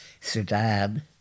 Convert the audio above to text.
Sudan